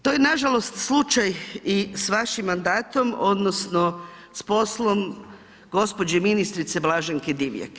To je nažalost slučaj i s vašim mandatom odnosno s poslom gospođe ministrice Blaženke Divjak.